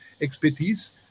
expertise